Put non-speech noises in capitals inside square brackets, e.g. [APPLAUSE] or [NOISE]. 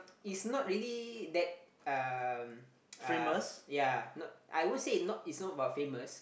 it's not really that um [NOISE] uh ya not I won't say not it's not about famous